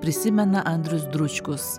prisimena andrius dručkus